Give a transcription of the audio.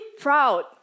proud